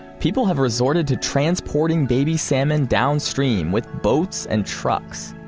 people have resorted to transporting baby salmon downstream with boats and trucks.